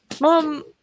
Mom